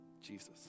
Jesus